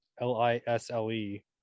l-i-s-l-e